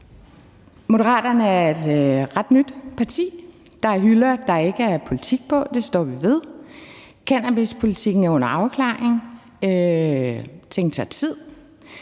Moderaterne er et ret nyt parti. Der er hylder, der ikke er politik på; det står vi ved. Cannabispolitikken er under afklaring. Ting tager tid.